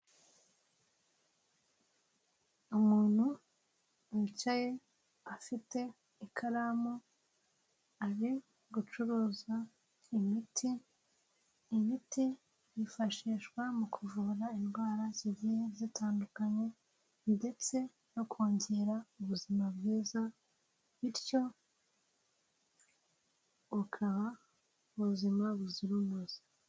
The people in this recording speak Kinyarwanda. Umuntu wicaye, afite ikaramu ari gucuruza imiti, imiti yifashishwa mu kuvura indwara zigiye zitandukanye ndetse no kongera ubuzima bwiza bityo bukaba ubuzima buzira umuze.